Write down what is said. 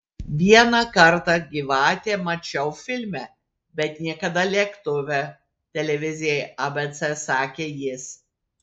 vieną kartą gyvatę mačiau filme bet niekada lėktuve televizijai abc sakė jis